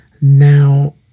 Now